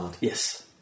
Yes